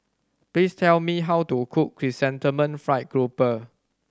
please tell me how to cook Chrysanthemum Fried Grouper